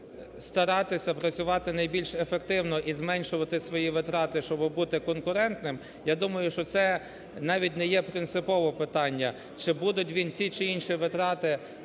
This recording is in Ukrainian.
старатися працювати найбільш ефективно і зменшувати свої витрати, щоби бути конкурентним, я думаю, що це навіть не є принципове питання, чи буде він ті чи інші витрати